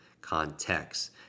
Context